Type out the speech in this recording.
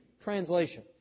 translation